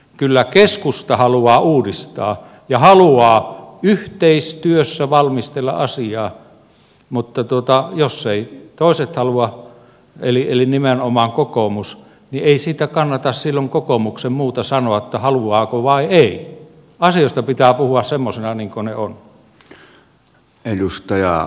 kyllä keskusta haluaa uudistaa ja yhteistyössä valmistella asiaa mutta jos eivät toiset halua eli nimenomaan kokoomus niin ei siitä kannata silloin kokoomuksen muuta sanoa kuin että haluaako vai ei